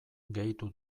gehitu